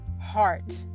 heart